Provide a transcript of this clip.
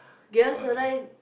Geylang-Serai